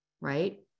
Right